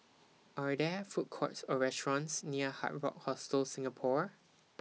Are There Food Courts Or restaurants near Hard Rock Hostel Singapore